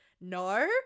No